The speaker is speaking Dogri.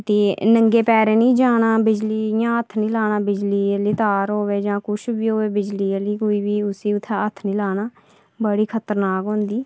ते नंगे पैरें निं जाना बिजली इ'यां हत्थ नेईं लाना बिजली आह्ली तार होऐ जां किश बी होऐ बिजली आह्ली कोई बी उसी उत्थै हत्थ नेईं लाना बड़ी खतरनाक होंदी